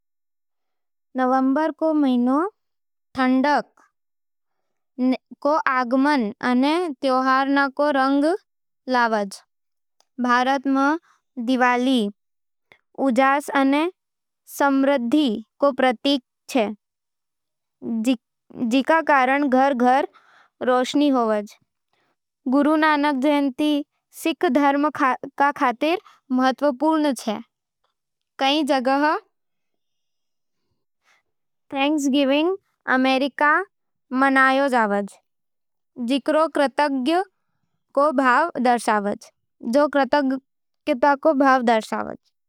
नवंबर रो महीनो ठंडक रो आगमन अने त्यौहारां रो रंग लियाज। भारत में दीवाली उजास अने समृद्धि रो प्रतीक होवज जिकरो सै घर-घर रोशन होवेज। गुरु नानक जयंती सिख धर्म खातर महत्वपूर्ण होवे। कई जगह थैंक्सगिविंग अमेरिका मनावै, जिकरो कृतज्ञता रो भाव दर्शावज।